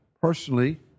personally